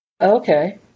Okay